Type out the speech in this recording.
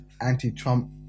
anti-Trump